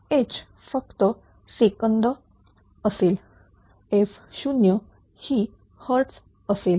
h फक्त second असेल f0 ही hertz असेल